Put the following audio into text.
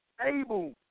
able